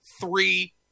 three